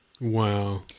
Wow